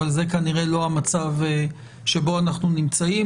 אבל זה כנראה לא המצב שבו אנחנו נמצאים.